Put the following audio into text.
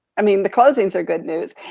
i mean the closings are good news.